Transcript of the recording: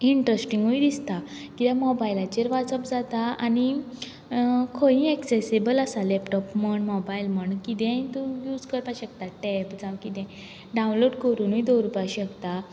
इंट्रस्टींगय दिसता कित्याक मोबायलाचेर वाचप जाता आनी खंय एक्सेसबल आसा लेपटोप म्हण मोबायल म्हण कितेंय तूं यूज करपाक शकता टेब जावं कितेंय डावनलोड करूनय दवरपा शकता